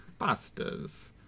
Pastas